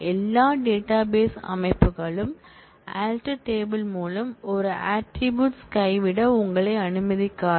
எல்லா டேட்டாபேஸ் அமைப்புகளும் ALTER TABLE மூலம் ஒரு ஆட்ரிபூட்ஸ் கைவிட உங்களை அனுமதிக்காது